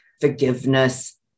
forgiveness